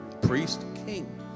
priest-king